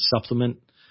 supplement